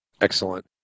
Excellent